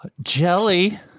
Jelly